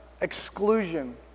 exclusion